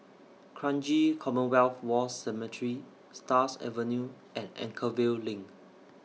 Kranji Commonwealth War Cemetery Stars Avenue and Anchorvale LINK